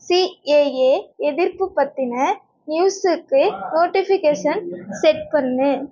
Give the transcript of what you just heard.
CAA எதிர்ப்பு பற்றின நியூஸுக்கு நோட்டிஃபிகேஷன் செட் பண்ணு